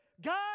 God